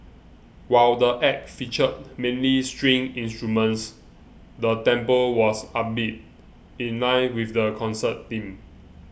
while the Act featured mainly string instruments the tempo was upbeat in line with the concert theme